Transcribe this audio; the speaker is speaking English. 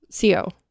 Co